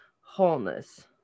wholeness